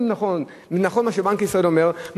אם נכון מה שבנק ישראל אומר,